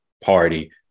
party